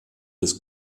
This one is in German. des